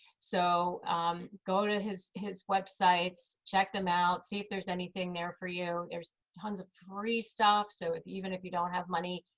so go to his his websites, check them out, see if there's anything there for you. there's tons of free stuff. so even if you don't have money,